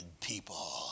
people